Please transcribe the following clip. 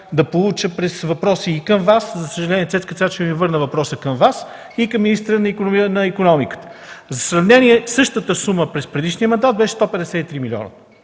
да получа през въпроси и към Вас (за съжаление Цецка Цачева ми върна въпроса към Вас), и към министъра на икономиката. За сравнение, същата сума през предишния мандат беше 153 милиона.